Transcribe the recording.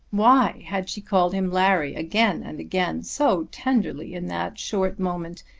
why had she called him larry again and again, so tenderly, in that short moment,